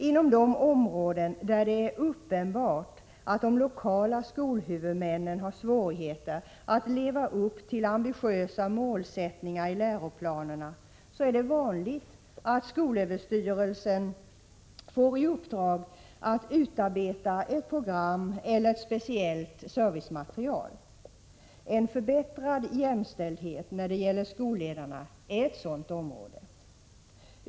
Inom de områden där det är uppenbart att de lokala skolhuvudmännen har svårigheter att leva upp till ambitiösa målsättningar i läroplanerna är det vanligt att skolöverstyrelsen får i uppdrag att utarbeta ett program eller speciellt servicematerial. En förbättrad jämställdhet när det gäller skolledarna är ett sådant område.